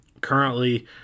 Currently